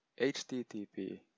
HTTP